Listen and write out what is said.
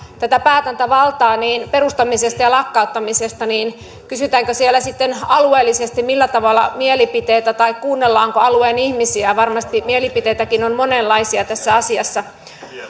tätä päätäntävaltaa perustamisesta ja lakkauttamisesta niin kysytäänkö siellä sitten alueellisesti millä tavalla mielipiteitä tai kuunnellaanko alueen ihmisiä kun varmasti mielipiteitäkin on monenlaisia tässä asiassa